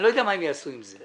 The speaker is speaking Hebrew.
אני לא יודע מה הם יעשו עם זה.